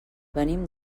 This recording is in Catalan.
venim